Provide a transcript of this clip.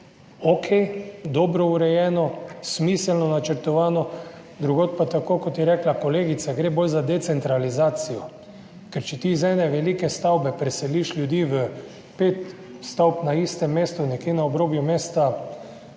okej, dobro urejeno, smiselno načrtovano, drugod pa tako, kot je rekla kolegica, gre bolj za decentralizacijo. Ker če ti iz ene velike stavbe preseliš ljudi v pet stavb na isto mesto nekam na obrobje mesta,